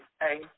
hey